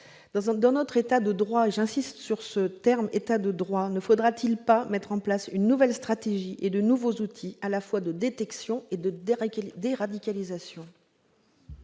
dans notre État de droit- j'insiste sur ce terme -, ne faudrait-il pas mettre en place une nouvelle stratégie et de nouveaux outils en termes de détection et de déradicalisation ?